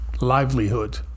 livelihood